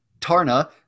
Tarna